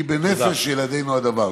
כי בנפש ילדינו הדבר.